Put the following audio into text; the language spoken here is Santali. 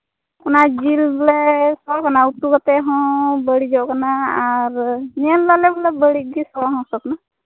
ᱚᱱᱟ ᱡᱤᱞ ᱞᱮ ᱚᱱᱟ ᱩᱛᱩ ᱠᱟᱛᱮᱫ ᱦᱚᱸ ᱵᱟᱹᱲᱤᱡᱚᱜ ᱠᱟᱱᱟ ᱟᱨ ᱧᱮᱞ ᱫᱟᱞᱮ ᱵᱚᱞᱮ ᱵᱟᱹᱲᱤᱡ ᱜᱮ ᱥᱚ ᱦᱚᱸ ᱥᱚ ᱠᱟᱱᱟ